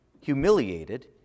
humiliated